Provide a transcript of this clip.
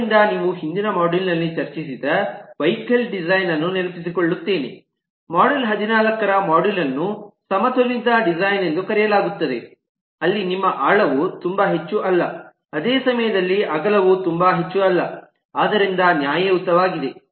ಆದ್ದರಿಂದ ನೀವು ಹಿಂದಿನ ಮಾಡ್ಯೂಲ್ ನಲ್ಲಿ ಚರ್ಚಿಸಿದ ವೆಹಿಕಲ್ ಡಿಸೈನ್ ಅನ್ನು ನೆನಪಿಸಿಕೊಳ್ಳುತ್ತೇವೆ ಮಾಡ್ಯೂಲ್ 14 ರ ಮಾಡ್ಯೂಲ್ ಅನ್ನು ಸಮತೋಲಿತ ಡಿಸೈನ್ ಎಂದು ಕರೆಯಲಾಗುತ್ತದೆ ಅಲ್ಲಿ ನಿಮ್ಮ ಆಳವು ತುಂಬಾ ಹೆಚ್ಚು ಅಲ್ಲ ಅದೇ ಸಮಯದಲ್ಲಿ ಅಗಲವು ತುಂಬಾ ಹೆಚ್ಚು ಅಲ್ಲ ಆದ್ದರಿಂದ ನ್ಯಾಯಯುತವಾಗಿದೆ